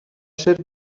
ser